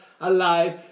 alive